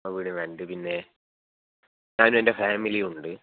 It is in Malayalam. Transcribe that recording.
ആ വീട് റെൻറു പിന്നെ ഞാനും എന്റെ ഫാമിലിയുമുണ്ട്